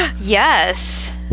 Yes